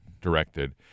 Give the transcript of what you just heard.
Directed